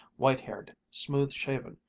white-haired, smooth-shaven,